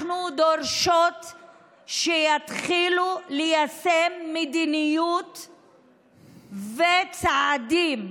אנחנו דורשות שיתחילו ליישם מדיניות וצעדים,